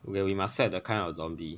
where we must set the kind of zombie